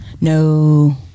No